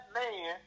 man